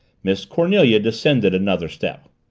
miss cornelia descended another step.